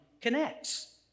connects